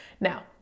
now